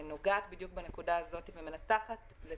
שנוגעת בדיוק בנקודה הזאת ומנתחת את